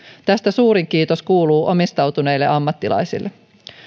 tästä suurin kiitos kuuluu omistautuneille ammattilaisille